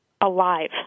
alive